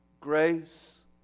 grace